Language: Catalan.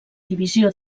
divisió